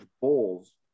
bowls